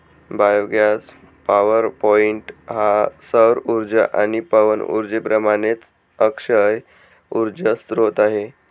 biogas power point हा सौर उर्जा आणि पवन उर्जेप्रमाणेच अक्षय उर्जा स्त्रोत आहे